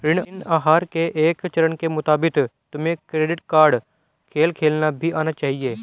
ऋण आहार के एक चरण के मुताबिक तुम्हें क्रेडिट कार्ड खेल खेलना भी आना चाहिए